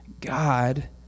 God